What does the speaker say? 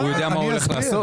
הוא יודע מה הוא הולך לעשות?